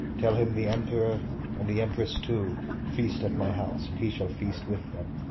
tell him the emperor and the empress too feast at my house, and he shall feast with them.